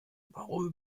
warum